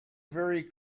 very